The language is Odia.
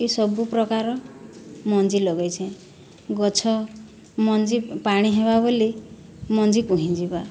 ଇ ସବୁ ପ୍ରକାରର ମଞ୍ଜି ଲଗେଇଛେଁ ଗଛ ମଞ୍ଜି ପାଣି ହେବା ବୋଲି ମଞ୍ଜି ପୁହିଁଯିବା